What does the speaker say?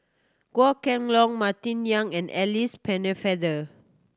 Goh Kheng Long Martin Yan and Alice Pennefather